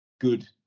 good